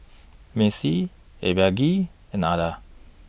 Macey Abigayle and Ardath